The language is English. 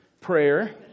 prayer